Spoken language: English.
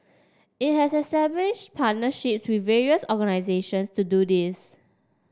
it has established partnerships with various organisations to do this